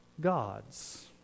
gods